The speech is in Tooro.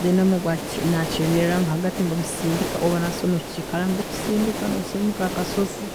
then ori nakye nakyemerramu hagati nibamusindika, rundi nasobola kukiikarramu nibamusindika, nibamusindika hakasozi